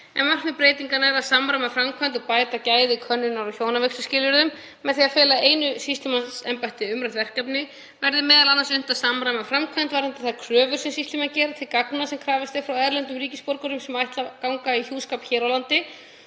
en markmið breytinganna er að samræma framkvæmd og bæta gæði könnunar á hjónavígsluskilyrðum. Með því að fela einu sýslumannsembætti umrædd verkefni verði m.a. unnt að samræma framkvæmd varðandi þær kröfur sem sýslumenn gera til gagna sem krafist er frá erlendum ríkisborgurum sem ætla að ganga í hjúskap hér á landi.